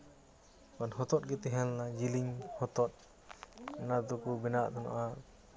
ᱚᱱᱠᱟᱱ ᱦᱚᱛᱚᱫ ᱜᱮ ᱛᱮᱦᱮᱸᱞᱮᱱᱟ ᱡᱮᱞᱮᱧ ᱦᱚᱛᱚᱫ ᱚᱱᱟ ᱫᱚᱠᱚ ᱵᱮᱱᱟᱣᱮᱫ ᱛᱟᱦᱮᱸᱱᱚᱜᱼᱟ